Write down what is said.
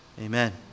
Amen